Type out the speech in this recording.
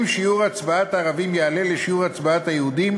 אם שיעור הצבעת הערבים יעלה לשיעור הצבעת היהודים,